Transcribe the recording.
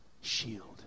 Shield